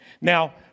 Now